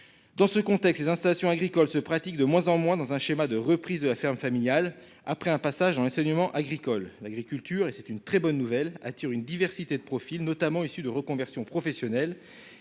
Dans ce contexte, les installations agricoles se pratique de moins en moins dans un schéma de reprise de la ferme familiale. Après un passage. Enseignement agricole. L'agriculture et c'est une très bonne nouvelle a une diversité de profils notamment issus de reconversion professionnelle.